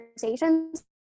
conversations